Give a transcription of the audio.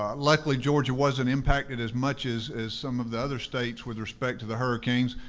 luckily, georgia wasn't impacted as much as as some of the other states with respect to the hurricanes,